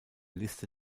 liste